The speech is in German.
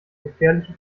gefährliche